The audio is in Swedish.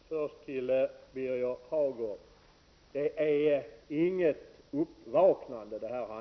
Herr talman! Först till Birger Hagård! Det handlar här inte om något uppvaknande.